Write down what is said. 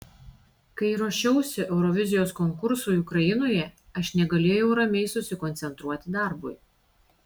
kai ruošiausi eurovizijos konkursui ukrainoje aš negalėjau ramiai susikoncentruoti darbui